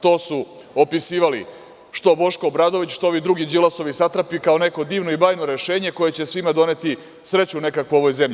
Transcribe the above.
To su opisivali, što Boško Obradović, što ovi drugi Đilasovi satrapi kao neko divno i bajno rešenje koje će svima doneti sreću u nekakvu u ovoj zemlji.